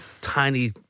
tiny